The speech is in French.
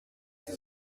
tout